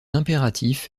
impératif